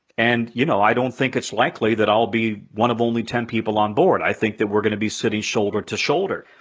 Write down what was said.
and, you know, i don't think it's likely that i'll be one of only ten people on board. i think that we're gonna be sitting shoulder to shoulder.